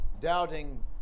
doubting